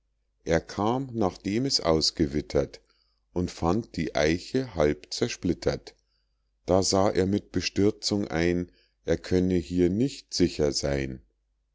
er kam nachdem es ausgewittert und fand die eiche halb zersplittert da sah er mit bestürzung ein er könne hier nicht sicher seyn